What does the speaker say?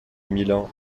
milan